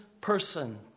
person